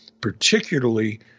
particularly